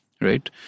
right